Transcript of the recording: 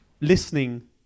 listening